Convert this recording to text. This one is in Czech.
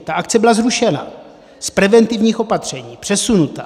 Ta akce byla zrušena, z preventivních opatření přesunuta.